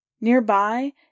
Nearby